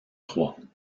trois